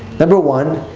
number one,